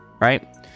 right